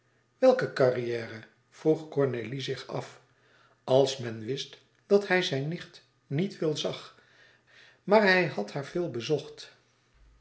welke carrière vroeg cornélie zich af als men wist dat hij zijn nicht veel zag maar hij had haar veel bezocht